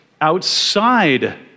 outside